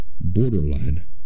borderline